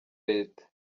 leta